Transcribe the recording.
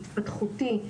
התפתחותי.